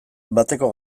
bateko